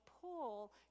pull